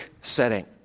setting